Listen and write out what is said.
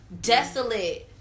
desolate